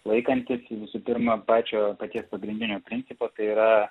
laikantis visų pirma pačio tiek pagrindinio principo tai yra